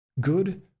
Good